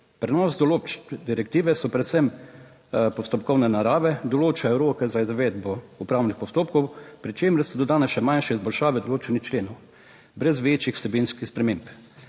Prenos določb direktive so predvsem postopkovne narave. Določa roke za izvedbo upravnih postopkov, pri čemer so dodane še manjše izboljšave določenih členov brez večjih vsebinskih sprememb.